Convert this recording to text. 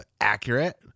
accurate